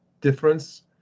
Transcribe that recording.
difference